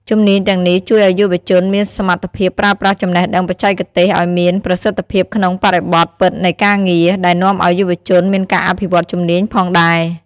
ជំនាញទាំងនេះជួយឲ្យយុវជនមានសមត្ថភាពប្រើប្រាស់ចំណេះដឹងបច្ចេកទេសឱ្យបានមានប្រសិទ្ធភាពក្នុងបរិបទពិតនៃការងារ ដែលនាំអោយយុវជនមានការអភិវឌ្ឍជំនាញផងដែរ។